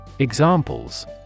Examples